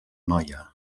noia